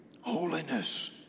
Holiness